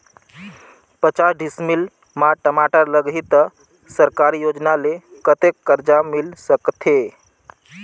पचास डिसमिल मा टमाटर लगही त सरकारी योजना ले कतेक कर्जा मिल सकथे?